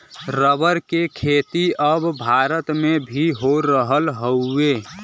rubber के खेती अब भारत में भी हो रहल हउवे